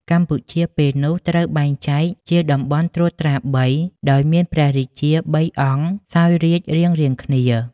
កម្ពុជាពេលនោះត្រូវបែងចែកជាតំបន់ត្រួតត្រាបី ដោយមានព្រះរាជា ៣អង្គ សោយរាជរៀងៗខ្លួន ។